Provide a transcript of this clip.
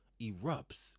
erupts